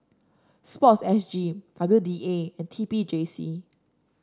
sports S G W D A and T P J C